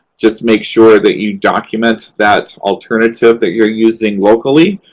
just make sure that you document that alternative that you're using locally.